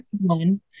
one